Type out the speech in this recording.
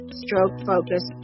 strokefocus